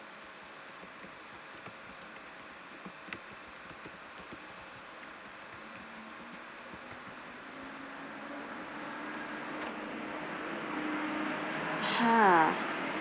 !huh!